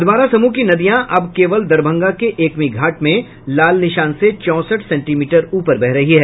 अधवारा समूह की नदियां अब केवल दरभंगा के एकमीघाट में लाल निशान से चौंसठ सेंटीमीटर ऊपर बह रही है